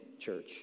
church